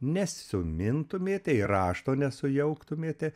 nesumintumėte ir rašto nesujauktumėte